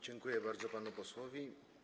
Dziękuję bardzo panu posłowi.